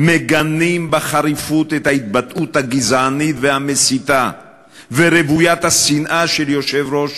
מגנים בחריפות את ההתבטאות הגזענית והמסיתה ורוויית השנאה של יושב-ראש